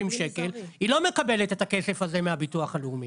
שקל היא לא מקבלת את הכסף הזה מהביטוח הלאומי.